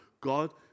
God